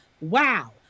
Wow